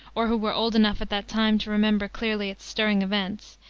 or who were old enough at that time to remember clearly its stirring events,